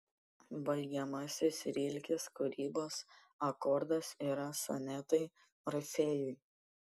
baigiamasis rilkės kūrybos akordas yra sonetai orfėjui